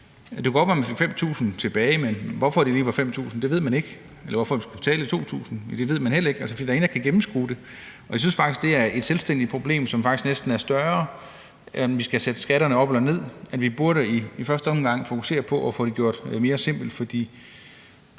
Det kunne godt være, man fik 5.000 kr. tilbage, men hvorfor det lige var 5.000 kr., ved man ikke, eller hvorfor man skulle betale eksempelvis 2.000 kr., ved man heller ikke, for der er ingen, der kan gennemskue det. Jeg synes faktisk, det er et selvstændigt problem, som faktisk næsten er større, end om vi skal have sat skatterne op eller ned. Vi burde i første omgang fokusere på at få det gjort mere simpelt, for